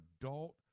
adult